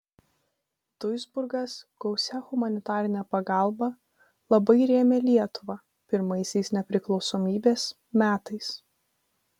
duisburgas gausia humanitarine pagalba labai rėmė lietuvą pirmaisiais nepriklausomybės metais